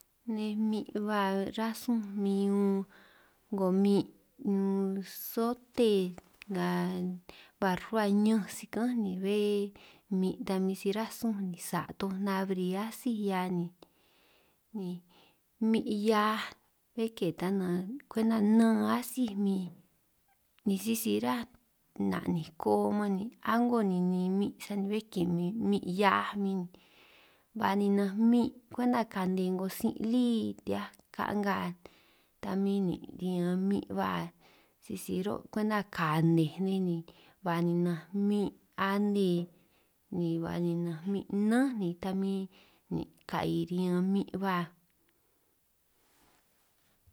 Nej mmin' ba rasun min unn 'ngo mmin' unn sote nga ba rruhua ñánj sika'án ni bé mmin' ta min si ránj sunj sa' toj nabri atsíj 'hia ni, ni mmin' hiaj bé ke ta nanj kwenta nan atsij min ni sisi ráj na'ninj koo man ni a'ngo ninin mmin' sani bé ke nej mmin' hiaj min, ba ninanj mmin' kwenta kane 'ngo sin' lí hiaj ka'nga ta min nin' riñan mmin' ba sisi ro' kwenta kanej min ni, ba ninanj mmin' ane ni ba ninanj mmin' nán ni ta min nin' ka'i riñan mmin' ba.